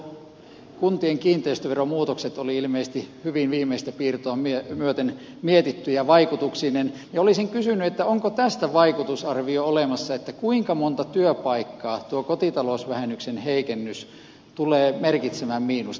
ainakin kuntien kiinteistöveromuutokset olivat ilmeisesti hyvin viimeistä piirtoa myöten mietittyjä vaikutuksineen ja olisin kysynyt onko tästä vaikutusarvio olemassa kuinka monta työpaikkaa tuo kotitalousvähennyksen heikennys tulee merkitsemään miinusta